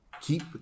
keep